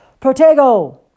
Protego